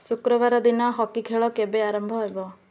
ଶୁକ୍ରବାର ଦିନ ହକି ଖେଳ କେବେ ଆରମ୍ଭ ହେବ